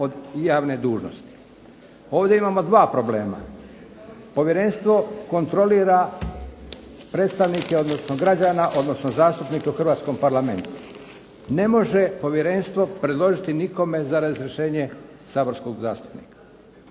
od javne dužnosti. Ovdje imamo 2 problema. Povjerenstvo kontrolira predstavnike odnosno građana, odnosno zastupnike u Hrvatskom parlamentu. Ne može povjerenstvo nikome predložiti za razrješenje saborskog zastupnika.